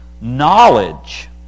Knowledge